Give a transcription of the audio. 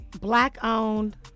black-owned